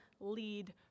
lead